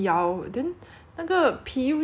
好像有汁的会比较好吃